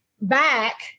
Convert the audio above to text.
Back